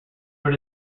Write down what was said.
were